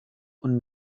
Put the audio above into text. und